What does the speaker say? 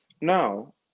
no